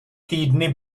týdny